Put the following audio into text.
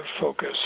focus